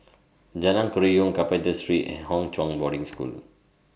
Jalan Kerayong Carpenter Street and Hwa Chong Boarding School